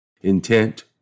intent